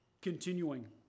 Continuing